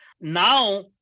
Now